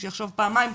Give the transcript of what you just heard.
שיחשוב פעמיים,